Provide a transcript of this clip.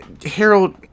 Harold